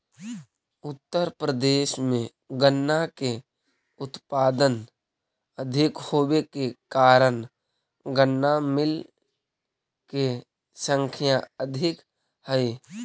उत्तर प्रदेश में गन्ना के उत्पादन अधिक होवे के कारण गन्ना मिलऽ के संख्या अधिक हई